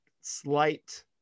slight